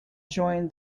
join